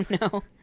no